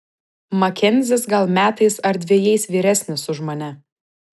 makenzis gal metais ar dvejais vyresnis už mane